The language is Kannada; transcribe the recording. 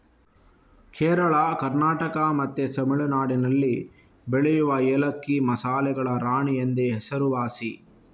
ಕೇರಳ, ಕರ್ನಾಟಕ ಮತ್ತೆ ತಮಿಳುನಾಡಿನಲ್ಲಿ ಬೆಳೆಯುವ ಏಲಕ್ಕಿ ಮಸಾಲೆಗಳ ರಾಣಿ ಎಂದೇ ಹೆಸರುವಾಸಿ